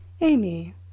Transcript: amy